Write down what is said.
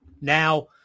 now